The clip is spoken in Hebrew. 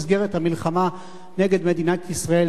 במסגרת המלחמה נגד מדינת ישראל,